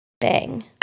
bang